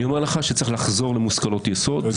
אני אומר לך שצריך לחזור למושכלות יסוד.